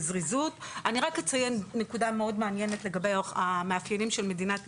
אני רק אציין נקודה מאוד מעניינת לגבי המאפיינים של מדינת ישראל,